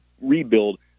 rebuild